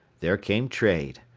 there came trade.